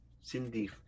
Cindy